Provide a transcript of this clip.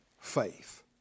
faith